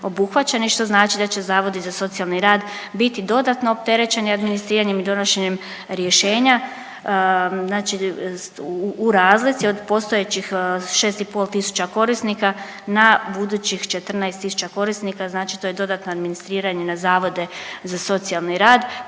što znači da će zavodi za socijalni rad biti dodatno opterećeni administriranjem i donošenjem rješenja. Znači u razlici od postojećih 6 i pol tisuća korisnika na budućih 14000 korisnika, znači to je dodatno administriranje na Zavode za socijalni rad,